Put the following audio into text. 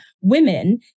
women